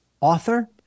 author